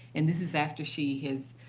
and this is after she has